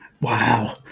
Wow